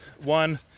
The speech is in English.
one